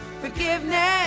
forgiveness